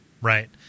right